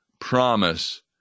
promise